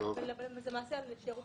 וזה לשערוך